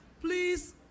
Please